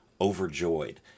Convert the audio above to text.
overjoyed